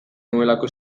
nuelako